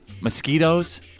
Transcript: mosquitoes